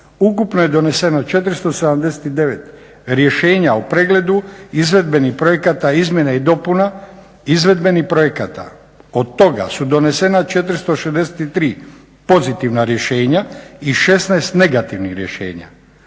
Ukupno je doneseno 479 rješenja o pregledu, izvedbenih projekata izmjena i dopuna, izvedbenih projekata. Od toga su donesena 463 pozitivna rješenja i 16 negativnih rješenja.